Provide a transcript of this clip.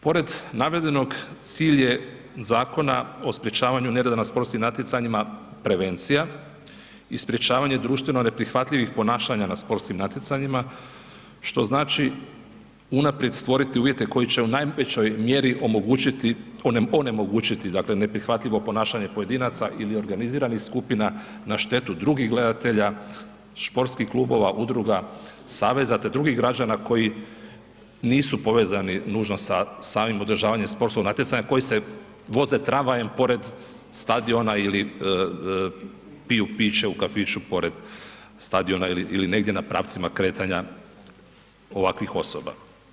Pored navedenog, cilj je Zakona o sprječavanja nereda na sportskim natjecanja prevencija i sprječavanje društveno neprihvatljivih ponašanja na sportskim natjecanjima što znači unaprijed stvoriti uvjete koji će u najvećoj mjeri onemogućiti dakle neprihvatljivo ponašanje pojedinaca ili organiziranih skupina na štetu drugih gledatelja, športskih klubova, udruga, saveza te drugih građana koji nisu povezani nužno sa samim održavanjem sportskog natjecanja koji se voze tramvajem pored stadiona ili piju piće u kafiću pored stadiona ili negdje na pravcima kretanja ovakvih osoba.